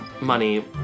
money